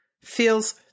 feels